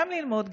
גם ללמוד,